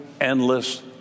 endless